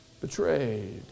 betrayed